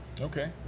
Okay